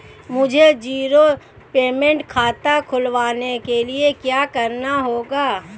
मुझे zero payment खाता खुलवाने के लिए क्या करना होगा?